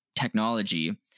technology